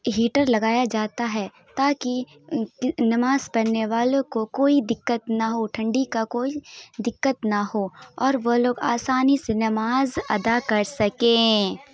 heater لگایا جاتا ہے تا کہ نماز پڑھنے والوں کو کوئی دقّت نہ ہو ٹھنڈی کا کوئی دقّت نہ ہو اور وہ لوگ آسانی سے نماز ادا کر سکیں